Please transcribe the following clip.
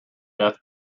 death